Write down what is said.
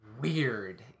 Weird